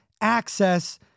access